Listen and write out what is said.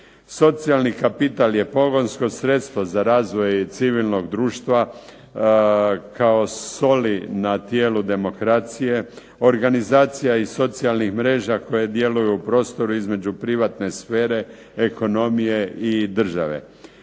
Socijalni kapital je pogonsko sredstvo za razvoj civilnog društva kao soli na tijelu demokracije. Organizacija iz socijalnih mreža koje djeluju u prostoru između privatne sfere, ekonomije i države.